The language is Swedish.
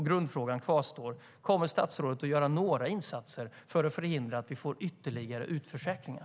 Grundfrågan kvarstår: Kommer statsrådet att göra några insatser för att förhindra att vi får ytterligare utförsäkringar?